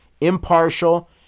impartial